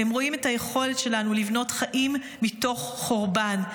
הם רואים את היכולת שלנו לבנות חיים מתוך חורבן,